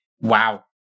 Wow